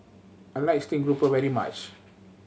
I like steamed grouper very much